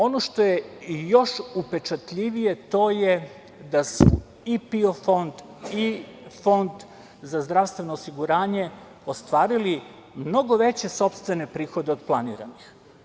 Ono što je još upečatljivije, to je da su i PIO fond i Fond za zdravstveno osiguranje ostvarili mnogo veće sopstvene prihode od planiranih.